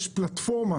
יש פלטפורמה,